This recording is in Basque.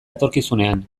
etorkizunean